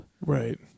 Right